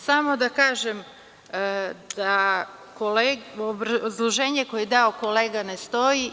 Samo da kažem da obrazloženje koje je dao kolega ne stoji.